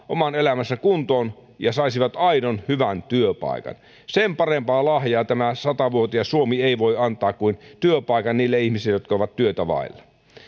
oman elämänsä kuntoon ja saisivat aidon hyvän työpaikan sen parempaa lahjaa tämä sata vuotias suomi ei voi antaa kuin työpaikan niille ihmisille jotka ovat työtä vailla